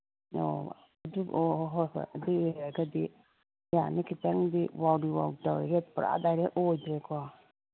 ꯑꯣ ꯑꯗꯨ ꯑꯣ ꯑꯣ ꯍꯣꯏ ꯍꯣꯏ ꯑꯗꯨꯒꯤ ꯑꯣꯏꯔꯒꯗꯤ ꯌꯥꯅꯤ ꯈꯤꯇꯪꯗꯤ ꯋꯥꯎꯔꯤ ꯋꯥꯎ ꯇꯧ ꯍꯦꯛ ꯄꯨꯔꯥ ꯗꯥꯏꯔꯦꯛ ꯑꯣꯏꯗ꯭ꯔꯦꯀꯣ